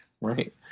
right